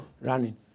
running